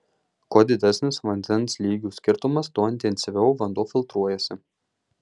kuo didesnis vandens lygių skirtumas tuo intensyviau vanduo filtruojasi